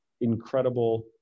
incredible